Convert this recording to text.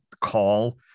call